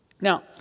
Now